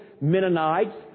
Mennonites